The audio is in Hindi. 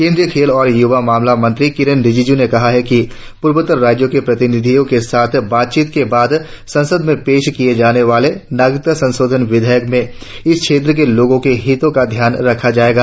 केंद्रीय खेल और युवा मामला मंत्री किरेन रिजिजू ने कहा है कि पूर्वोत्तर राज्य के प्रतिनिधियो के साथ बातचीत के बाद संसद में पेश किए जाने वाले नागरिकता संशोधन विधेयक में इस क्षेत्र के लोगों के हितों का ध्यान रखा जायेगा